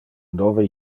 nove